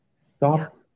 stop